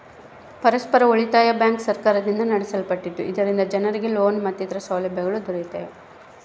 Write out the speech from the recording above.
ಪರಸ್ಪರ ಉಳಿತಾಯ ಬ್ಯಾಂಕ್ ಸರ್ಕಾರದಿಂದ ನಡೆಸಲ್ಪಟ್ಟಿದ್ದು, ಇದರಿಂದ ಜನರಿಗೆ ಲೋನ್ ಮತ್ತಿತರ ಸೌಲಭ್ಯಗಳು ದೊರೆಯುತ್ತವೆ